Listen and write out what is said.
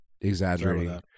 exaggerating